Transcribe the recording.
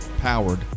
Powered